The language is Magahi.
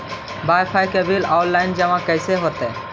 बाइफाइ के बिल औनलाइन जमा कैसे होतै?